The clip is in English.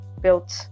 built